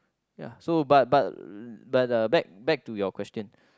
ya so but but but uh back back to your question